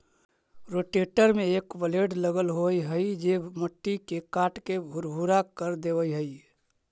rotator में एक blade लगल होवऽ हई जे मट्टी के काटके भुरभुरा कर देवऽ हई